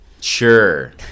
Sure